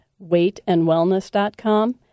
weightandwellness.com